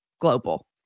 global